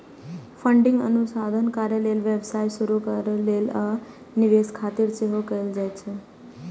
funding अनुसंधान कार्य लेल, व्यवसाय शुरू करै लेल, आ निवेश खातिर सेहो कैल जाइ छै